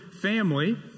family